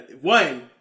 one